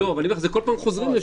אבל כל פעם חוזרים לשם.